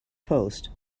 post